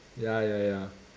ya ya ya